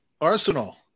Arsenal